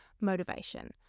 motivation